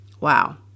Wow